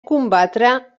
combatre